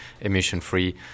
emission-free